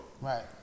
Right